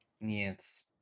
Yes